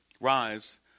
Rise